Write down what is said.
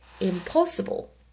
impossible